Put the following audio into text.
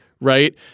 right